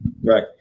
Right